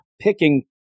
picking